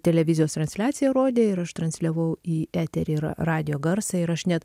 televizijos transliaciją rodė ir aš transliavau į eterį ir radijo garsą ir aš net